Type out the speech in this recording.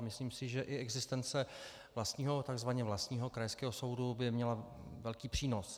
A myslím si, že i existence tzv. vlastního krajského soudu by měla velký přínos.